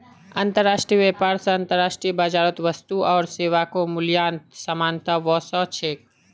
अंतर्राष्ट्रीय व्यापार स अंतर्राष्ट्रीय बाजारत वस्तु आर सेवाके मूल्यत समानता व स छेक